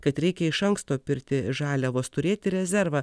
kad reikia iš anksto pirkti žaliavos turėti rezervą